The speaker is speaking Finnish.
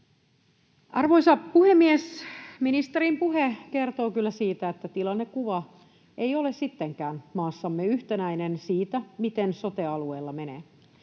Arvoisa puhemies! Ministerin puhe kertoo kyllä siitä, että tilannekuva ei ole sittenkään maassamme yhtenäinen siitä, miten sote-alueilla menee.